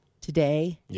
Today